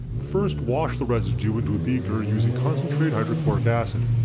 first, wash the residue into a beaker using concentrated hydrochloric acid.